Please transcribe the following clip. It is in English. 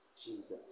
Jesus